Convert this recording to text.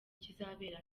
kizabera